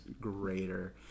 greater